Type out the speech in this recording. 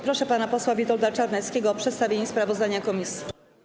Proszę pana posła Witolda Czarneckiego o przedstawienie sprawozdania komisji.